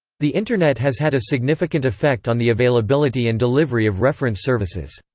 the internet has had a significant effect on the availability and delivery of reference services.